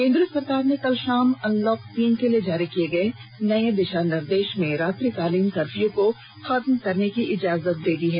केंद्र सरकार ने कल शाम अनलॉक तीन के लिए जारी किए गए नेए दिशा निर्देश में रात्रिकालीन कर्फ्यू को खत्म करने की इजाजत दे दी है